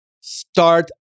start